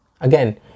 Again